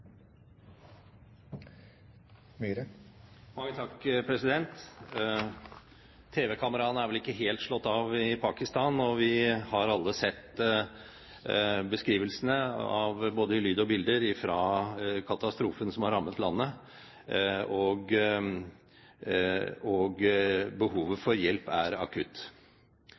vel ikke helt slått av i Pakistan. Vi har alle sett beskrivelsene både i lyd og bilder fra katastrofen som har rammet landet, og behovet for hjelp er akutt.